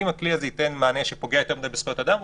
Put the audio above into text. אם הכלי הזה ייתן מענה שפוגע יותר מדי בזכויות אדם,